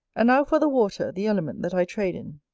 and now for the water, the element that i trade in.